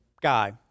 guy